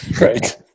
right